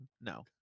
No